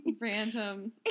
Random